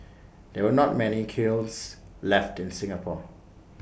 there are not many kilns left in Singapore